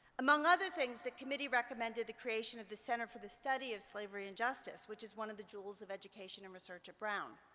among other things, the committee recommended the creation of the center for the study of slavery and justice, which is one of the jewels of education and research at brown.